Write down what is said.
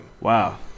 Wow